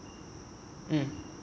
okay